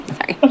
Sorry